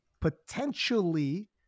potentially